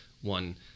one